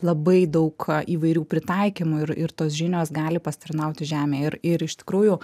labai daug įvairių pritaikymų ir ir tos žinios gali pasitarnauti žemėj ir ir iš tikrųjų